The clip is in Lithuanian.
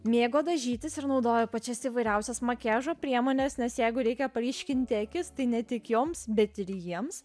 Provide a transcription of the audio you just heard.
mėgo dažytis ir naudojo pačias įvairiausias makiažo priemones nes jeigu reikia paryškinti akis tai ne tik joms bet ir jiems